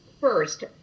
First